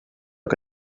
que